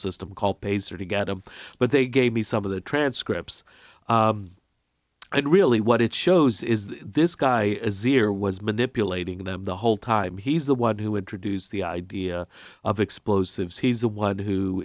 system call pacer to get a but they gave me some of the transcripts and really what it shows is this guy is ear was manipulating them the whole time he's the one who introduced the idea of explosives he's the one who